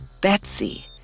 Betsy